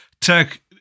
Tech